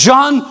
John